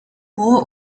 moore